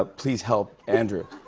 ah please help. andrew.